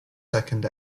second